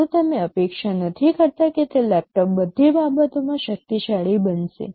સારું તમે અપેક્ષા નથી કરતા કે તે લેપટોપ બધી બાબતોમાં શક્તિશાળી બનશે